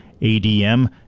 ADM